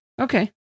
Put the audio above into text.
Okay